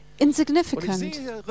insignificant